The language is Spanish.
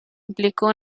implicó